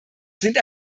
sind